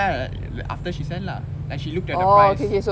ya lah ya lah after she sell lah like she looked at the price